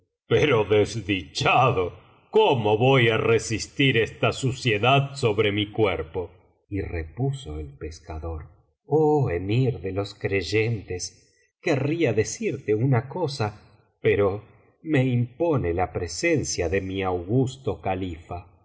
pero desdichado cómo voy á resistir eata suciedad sobre mi cuerpo y repuso el pescador oh emir de los creyentes querría decirte una cosa pero me impone la presencia de mi augusto califa el